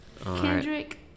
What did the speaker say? Kendrick